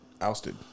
ousted